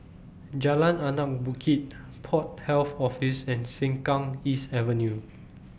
Jalan Anak Bukit Port Health Office and Sengkang East Avenue